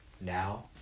Now